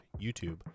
YouTube